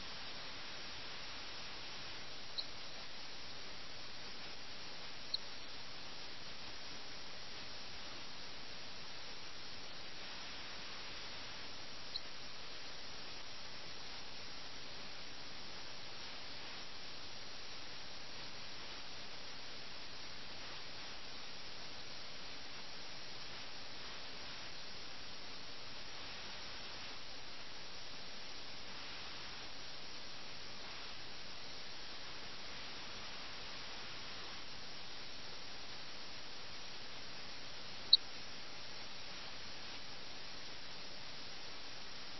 അതിനാൽ നഗരത്തിന്റെ അധിനിവേശത്തോടുള്ള മിറിന്റെ പ്രതികരണമാണിത് ഇംഗ്ലീഷ് സൈന്യം നഗരം പിടിച്ചടക്കിയതിനോട് എന്തുകൊണ്ടാണ് അയാൾക്ക് അത്തരമൊരു പ്രതികരണം ഉണ്ടായതെന്ന് ഞാൻ ഇപ്പോൾ നിങ്ങൾക്ക് നൽകിയ സൂത്രവാക്യത്തിൽ നിന്ന് നിങ്ങൾക്ക് ഊഹിക്കാം